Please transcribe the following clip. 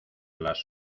las